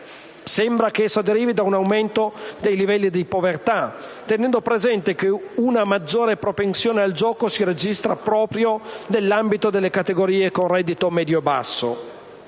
sembra che essa derivi da un aumento dei livelli di povertà, tenendo presente che una maggiore propensione al gioco si registra proprio nell'ambito delle categorie con reddito medio-basso.